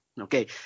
Okay